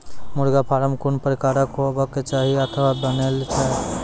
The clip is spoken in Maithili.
मुर्गा फार्म कून प्रकारक हेवाक चाही अथवा बनेल जाये?